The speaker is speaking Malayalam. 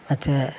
പക്ഷെ